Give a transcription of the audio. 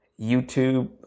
YouTube